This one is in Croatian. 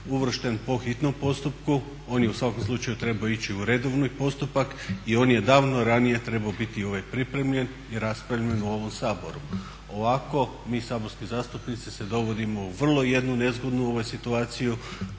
uvršten po hitnom postupku. On je u svakom slučaju trebao ići u redovni postupak i on je davno ranije trebao biti pripremljen i raspravljen u ovom Saboru. Ovako mi saborski zastupnici se dovodimo u vrlo jednu nezgodnu situaciju